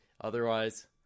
otherwise